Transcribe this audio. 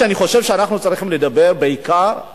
אני חושב שאנחנו צריכים לדבר בעיקר על